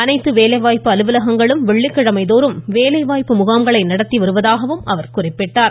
அனைத்து வேலைவாய்ப்பு அலுவலகங்களும் வெள்ளிக்கிழமை தோறும் வேலைவாய்ப்பு முகாம்களை நடத்தி வருவதாகவும் அவர் குறிப்பிட்டார்